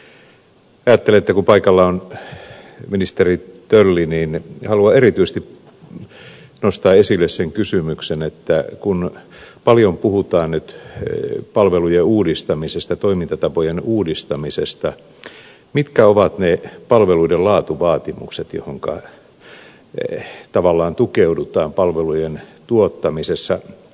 ajattelen että kun paikalla on ministeri tölli niin haluan erityisesti nostaa esille sen kysymyksen että kun paljon puhutaan nyt palvelujen uudistamisesta toimintatapojen uudistamisesta mitkä ovat ne palveluiden laatuvaatimukset joihinka tavallaan tukeudutaan palvelujen tuottamisessa